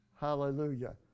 Hallelujah